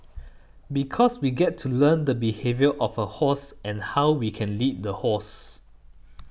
because we get to learn the behaviour of a horse and how we can lead the horse